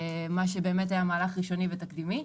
מה שבאמת היה מהלך ראשוני ותקדימי,